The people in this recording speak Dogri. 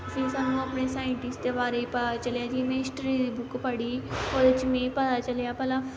फ्ही स्हानू अपने साईटिस्टें दे बारे च पता चलेआ जियां में हिस्टरी दी बुक्क पढ़ी ओह्दे च मी पता चलेआ भला